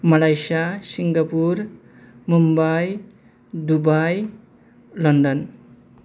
Malaysia Singapore Mumbai Dubai London